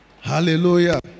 Hallelujah